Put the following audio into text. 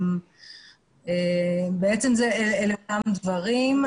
בעצם אלה אותם דברים.